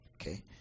Okay